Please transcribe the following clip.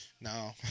No